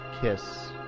kiss